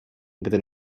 gdy